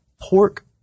pork